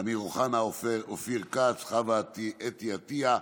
אמיר אוחנה, אופיר כץ, חוה אתי עטייה,